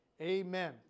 Amen